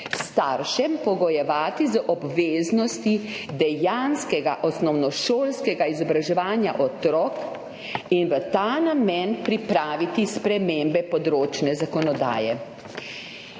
staršem pogojevati z obveznostjo dejanskega osnovnošolskega izobraževanja otrok in v ta namen pripraviti spremembe področne zakonodaje.